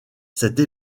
cette